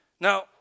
Now